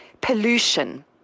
pollution